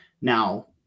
Now